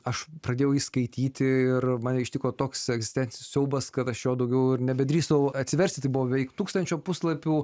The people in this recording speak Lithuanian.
aš pradėjau įskaityti ir mane ištiko toks egzistencinis siaubas kad šio daugiau nebedrįsau atsiversti buvo veik tūkstančio puslapių